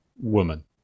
woman